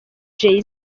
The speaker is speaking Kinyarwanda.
jay